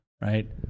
Right